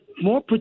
more